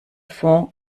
fond